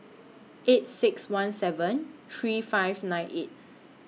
eight six one seven three five nine eight